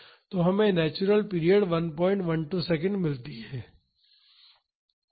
तो हमें natural period 112 second मिलती है